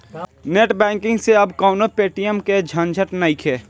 net banking से अब कवनो पेटीएम के झंझट नइखे